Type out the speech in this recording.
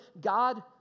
God